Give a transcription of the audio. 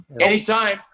Anytime